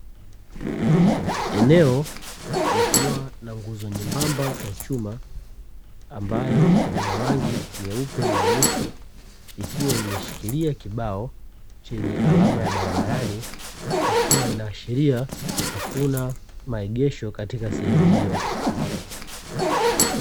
Eneo likiwa na nguzo nyembamba ya chuma ambayo ina rangi nyeupe na nyeusi, ikiwa imeshikilia kibao chenye alama ya barabarani ikiwa inaashiria hakuna maegesho katika sehemu hiyo.